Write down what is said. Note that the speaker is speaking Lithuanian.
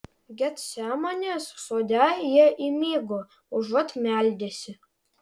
getsemanės sode jie įmigo užuot meldęsi